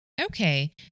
Okay